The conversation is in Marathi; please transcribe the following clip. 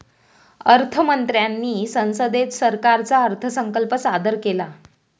अर्थ मंत्र्यांनी संसदेत सरकारचा अर्थसंकल्प सादर केला